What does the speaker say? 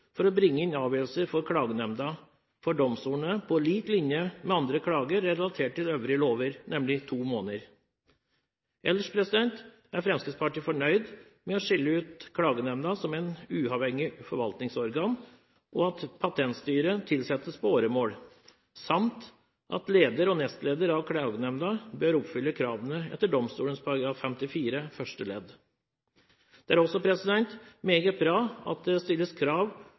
for å bringe inn avgjørelser fra Klagenemnda for domstolene, på lik linje med andre klager relatert til øvrige lover, nemlig to måneder. Ellers er Fremskrittspartiet fornøyd med å få skilt ut Klagenemnda som et uavhengig forvaltningsorgan, at Patentstyret tilsettes på åremål, samt at leder og nestleder i Klagenemnda bør oppfylle kravene etter domstolloven § 54 første ledd. Det er også meget bra at det stilles krav